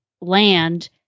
land